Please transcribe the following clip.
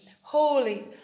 holy